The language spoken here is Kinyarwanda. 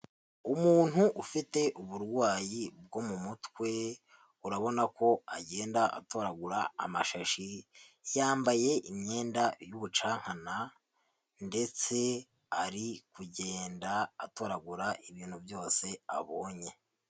Umuntu ufite uburwayi bwo mu mutwe, urabona ko agenda atoragura amashashi, yambaye imyenda y'ubucankana, ndetse ari kugenda atoragura ibintu byose abonye.